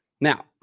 Now